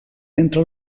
entre